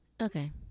okay